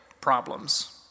problems